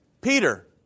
Peter